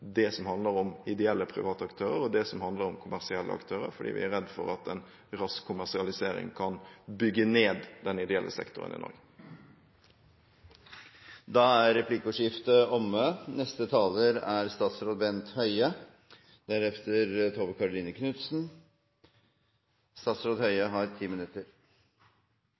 det som handler om ideelle private aktører, og det som handler om kommersielle aktører, fordi vi er redd for at en rask kommersialisering kan bygge ned den ideelle sektoren i Norge. Replikkordskiftet er omme.